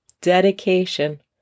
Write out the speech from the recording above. dedication